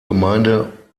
gemeinde